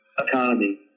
economy